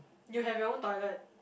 you have your own toilet